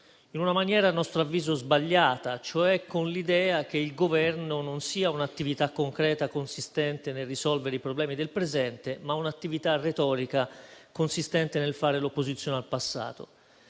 in una maniera a nostro avviso sbagliata, cioè con l'idea che quella del Governo non sia un'attività concreta, consistente nel risolvere i problemi del presente, ma un'attività retorica, consistente nel fare l'opposizione al passato.